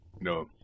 No